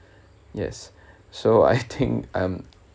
yes so I think um